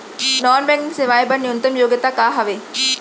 Non banking सेवाएं बर न्यूनतम योग्यता का हावे?